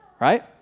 right